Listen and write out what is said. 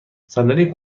صندلی